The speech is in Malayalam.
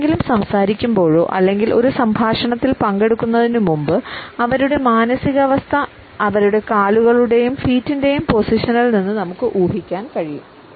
ആരോടെങ്കിലും സംസാരിക്കുമ്പോഴോ അല്ലെങ്കിൽ ഒരു സംഭാഷണത്തിൽ പങ്കെടുക്കുന്നതിനുമുമ്പ് അവരുടെ മാനസിക അവസ്ഥ അവരുടെ കാലുകളുടെയും ഫീറ്റ്ൻറെയും പൊസിഷനിൽ നിന്ന് നമുക്ക് ഊഹിക്കാൻ കഴിയും